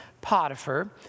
Potiphar